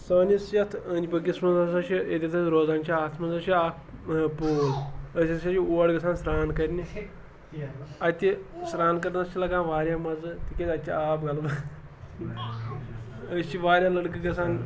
سٲنِس یَتھ أنٛدۍ پٔکِس منٛز ہَسا چھِ ییٚتہِ أسۍ روزان چھِ اَتھ منٛز حظ چھِ اَکھ پوٗل أسۍ ہَسا چھِ اور گَژھان سرٛان کَرنہِ اَتہِ سرٛان کَرنَس چھِ لَگان واریاہ مَزٕ تِکیٛازِ اَتہِ چھِ آب غلبہٕ أسۍ چھِ واریاہ لٔڑکہٕ گَژھان